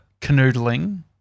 canoodling